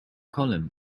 column